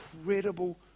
incredible